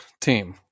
team